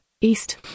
east